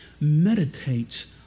meditates